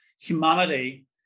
humanity